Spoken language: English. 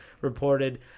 reported